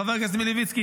חבר הכנסת מלביצקי,